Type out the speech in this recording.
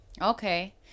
Okay